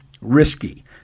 risky